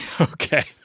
Okay